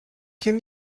can